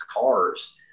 cars